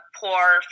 poor